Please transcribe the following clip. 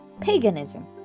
Paganism